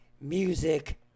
music